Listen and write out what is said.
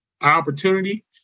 opportunity